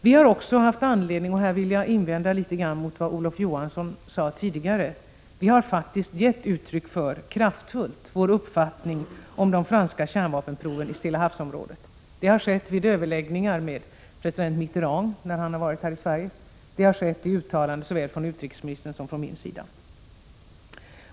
Vi har också — och här vill jag invända litet grand mot vad Olof Johansson sade tidigare — givit uttryck för, kraftfullt, vår uppfattning om de franska kärnvapenproven i Stillahavsområdet. Det har skett vid överläggningar med president Mitterrand när han har varit här i Sverige, och det har skett i uttalanden såväl från utrikesministern som från min sida.